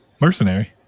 Mercenary